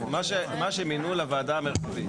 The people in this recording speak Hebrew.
מה שמינו לוועדה המרחבית.